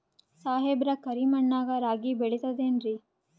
ಸಾಹೇಬ್ರ, ಕರಿ ಮಣ್ ನಾಗ ರಾಗಿ ಬೆಳಿತದೇನ್ರಿ?